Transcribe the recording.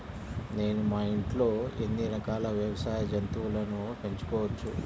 నేను మా ఇంట్లో ఎన్ని రకాల వ్యవసాయ జంతువులను పెంచుకోవచ్చు?